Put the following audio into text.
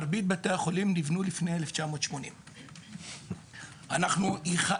מרבית בתי החולים נבנו לפני 1980. התחלנו